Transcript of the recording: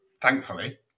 thankfully